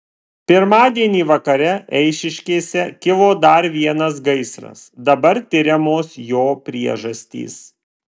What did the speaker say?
pirmadienį vakare eišiškėse kilo dar vienas gaisras dabar tiriamos jo priežastys